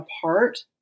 apart